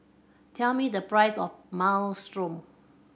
tell me the price of Minestrone